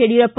Yediyurappa